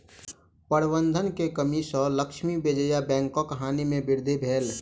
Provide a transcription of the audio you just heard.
प्रबंधन के कमी सॅ लक्ष्मी विजया बैंकक हानि में वृद्धि भेल